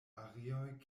areoj